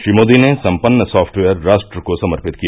श्री मोदी ने सम्पन्न सॉफ्टवेयर राष्ट्र को समर्पित किया